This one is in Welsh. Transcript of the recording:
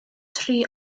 tri